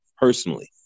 personally